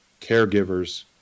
caregivers